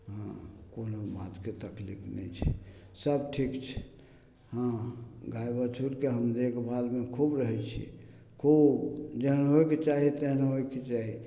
हँ कोनो बातके तकलीफ नहि छै सब ठीक छै हँ गाइ बछड़ाके देखभालमे खूब रहै छिए खूब जेहन होइके चाही तेहन होइके चाही